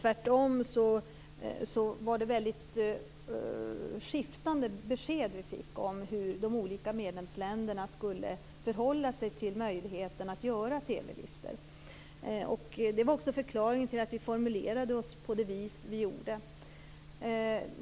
Vi fick väldigt skiftande besked om hur de olika medlemsländerna skulle förhålla sig till möjligheten att göra TV-listor. Det var också förklaringen till att vi formulerade oss på det sätt vi gjorde.